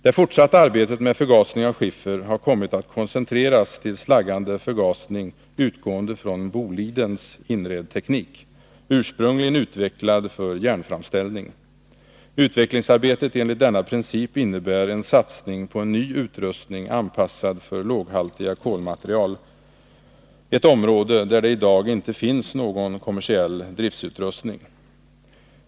Det fortsatta arbetet med förgasning av skiffer har kommit att koncentreras till slaggande förgasning utgående från Bolidens Inredteknik, ursprungligen utvecklad för järnframställning. Utvecklingsarbetet enligt denna princip innebär en satsning på en ny utrustning anpassad för låghaltiga kolmaterial, ett område där det i dag inte finns någon kommersiell driftsutrustning.